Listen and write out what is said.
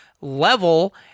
level